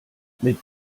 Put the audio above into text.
mit